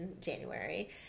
January